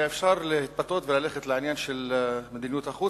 היה אפשר להתפתות וללכת לעניין של מדיניות החוץ,